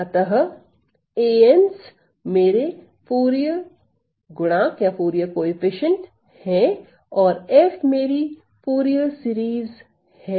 अतः a n s मेरे Fourier गुणांक है और f मेरी फूरिये श्रेणी है